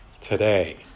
today